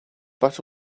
but